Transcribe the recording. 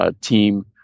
team